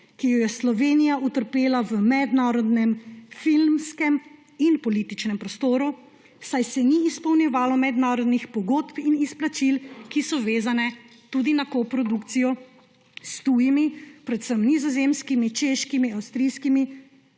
ki jo je Slovenija utrpela v mednarodnem filmskem in političnem prostoru, saj se ni izpolnjevalo mednarodnih pogodb in izplačil, ki so vezane tudi na kooprodukcijo s tujimi, predvsem nizozemskimi, češkimi, avstrijskimi